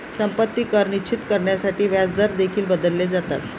संपत्ती कर निश्चित करण्यासाठी व्याजदर देखील बदलले जातात